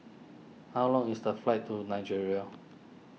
how long is the flight to Nigeria